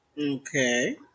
okay